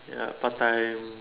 ya part time